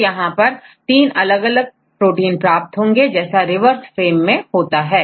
तो यहां पर तीन अलग अलग प्रोटीन प्राप्त होंगे जैसा रिवर्स फ्रेम मैं होता है